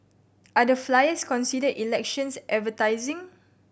are the flyers considered elections advertising